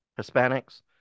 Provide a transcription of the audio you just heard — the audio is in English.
Hispanics